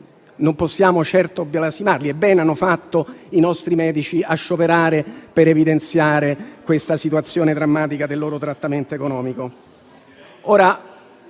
non possiamo certo biasimarli. E bene hanno fatto i nostri medici a scioperare per evidenziare la situazione drammatica del loro trattamento economico.